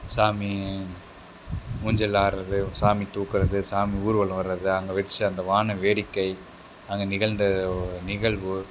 சாமி ஊஞ்சல் ஆடுறது சாமி தூக்குறது சாமி ஊர்வலம் வர்றது அங்கே வச்சு அந்த வாண வேடிக்கை அங்கே நிகழ்ந்த ஒரு